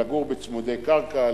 לגור בצמודי קרקע,